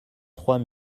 trois